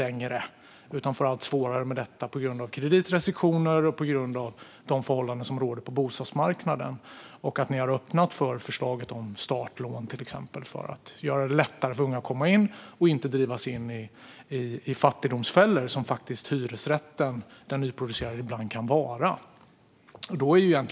De får allt svårare med detta på grund av kreditrestriktioner och de förhållanden som råder på bostadsmarknaden. Ni har öppnat för förslag om till exempel startlån för att göra det lättare för unga att komma in och inte drivas in i fattigdomsfällor, vilket nyproducerade hyresrätter ibland kan vara.